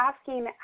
asking